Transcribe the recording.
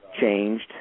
changed